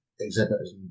exhibitors